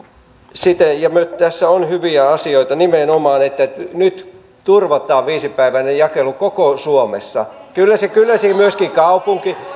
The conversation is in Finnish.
ja tässä on myös hyviä asioita nimenomaan että nyt turvataan viisipäiväinen jakelu koko suomessa kyllä se myöskin